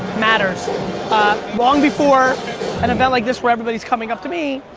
matters long before an event like this, where everybody's coming up to me.